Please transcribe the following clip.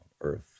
earth